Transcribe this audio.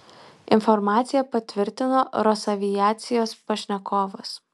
informaciją patvirtino rosaviacijos pašnekovas